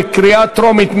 בקריאה טרומית.